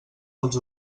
dels